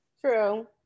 True